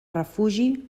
refugi